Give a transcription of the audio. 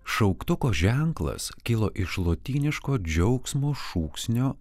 šauktuko ženklas kilo iš lotyniško džiaugsmo šūksnio